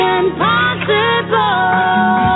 impossible